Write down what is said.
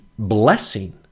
blessing